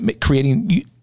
creating